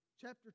chapter